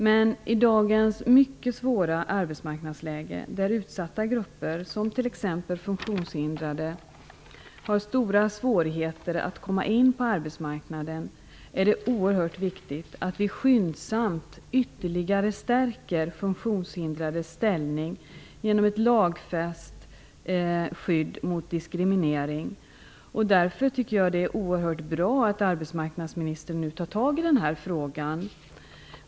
Men i dagens mycket svåra arbetsmarknadsläge, där utsatta grupper som t.ex. funktionshindrade har stora svårigheter att komma in på arbetsmarknaden, är det oerhört viktigt att vi skyndsamt ytterligare stärker funktionshindrades ställning genom ett lagfäst skydd mot diskriminering. Därför tycker jag att det är oerhört bra att arbetsmarknadsministern nu tar tag i den här frågan.